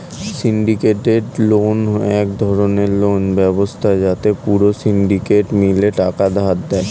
syndicated loan এক ধরণের loan ব্যবস্থা যাতে পুরো সিন্ডিকেট মিলে টাকা ধার দেয়